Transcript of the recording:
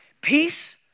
Peace